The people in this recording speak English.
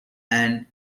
and